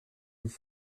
dix